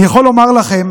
אני יכול לומר לכם